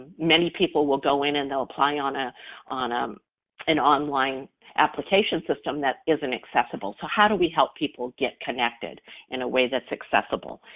many people will go in and they'll apply on ah on um an online application system that isn't accessibile. so how do we help people get connected in a way that's accessible?